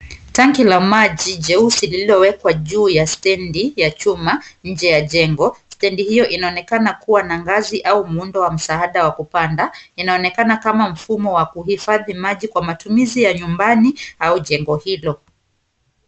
Tanki la maji jeusi lililowekwa juu ya stendi ya chuma nje ya jengo. Stendi hiyo inaonekana kuwa na ngazi au muundo wa msaada wa kupanda. Inaonekana kama mfumo wa kuhifadho maji kwa matumizi ya nyumbani au jengo hilo.